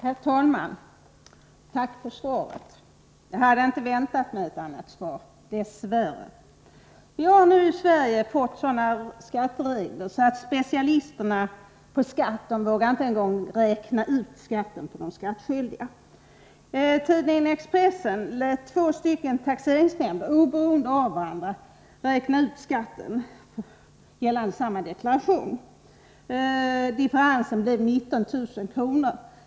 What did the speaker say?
Herr talman! Tack för svaret! Jag hade dess värre inte väntat mig ett annat svar. Vi har nu i Sverige fått sådana skatteregler att inte ens specialisterna på skatter vågar räkna ut skatten för de skattskyldiga. Tidningen Expressen lät två taxeringsnämnder oberoende av varandra räkna ut skatten gällande samma deklaration. Differensen blev 19 000 kr.